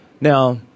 Now